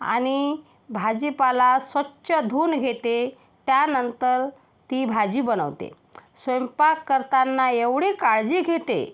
आणि भाजीपाला स्वच्छ धुवून घेते त्यानंतर ती भाजी बनवते स्वयंपाक करताना एवढी काळजी घेते